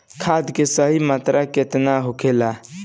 खाद्य के सही मात्रा केतना होखेला?